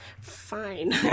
Fine